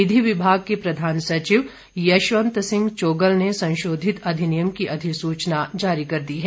विधि विभाग के प्रधान सचिव यशवंत सिंह चोगल ने संशोधित अधिनियम की अधिसूचना जारी कर दी है